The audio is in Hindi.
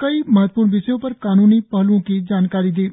कई महत्वपूर्ण विषयों पर कानूनी पहलुओं की जानकारी दी गई